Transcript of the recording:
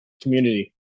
Community